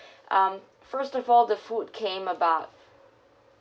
um first of all the food came about